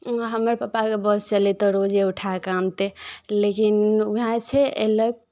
हमर पापाके वश चलय तऽ रोजे उठाए कऽ आनतै लेकिन उएह छै एहि लए